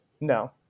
no